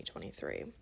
2023